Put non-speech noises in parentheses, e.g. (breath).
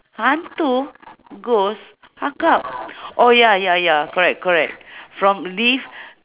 hantu ghost akak (breath) oh ya ya ya correct correct from live